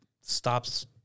stops